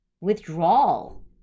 withdrawal